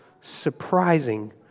surprising